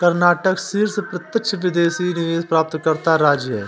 कर्नाटक शीर्ष प्रत्यक्ष विदेशी निवेश प्राप्तकर्ता राज्य है